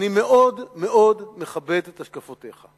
אני מאוד מאוד מכבד את השקפותיך.